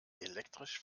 elektrisch